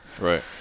Right